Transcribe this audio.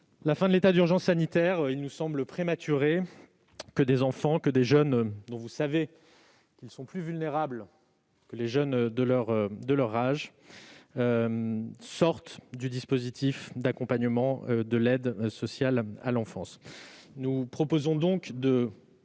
la fin de l'état d'urgence sanitaire, il nous semble prématuré que des enfants et des jeunes, dont chacun sait qu'ils sont plus vulnérables que d'autres, sortent du dispositif d'accompagnement de l'aide sociale à l'enfance. Nous proposons donc de